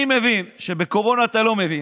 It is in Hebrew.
אני מבין שבקורונה אתה לא מבין,